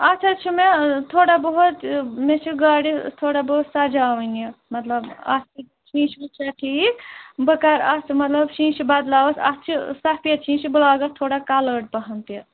اَتھ حظ چھِ مےٚ تھوڑا بہت مےٚ چھِ گاڑِ تھوڑا بہت سجاوٕنۍ یہِ مطلب اَتھ چھا شیٖشہٕ چھِ اَتھ ٹھیٖک بہٕ کَرٕ اَتھ مطلب شیٖشہٕ بدٕلاوَس اَتھ چھِ سفید شیٖشہٕ بہٕ لاگہٕ اَتھ تھوڑا کَلٲڈ پہم تہِ